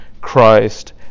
Christ